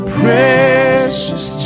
precious